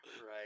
Right